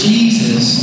Jesus